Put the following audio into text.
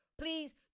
please